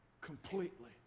completely